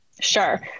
Sure